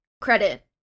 credit